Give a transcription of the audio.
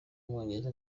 w’umwongereza